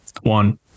One